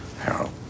Harold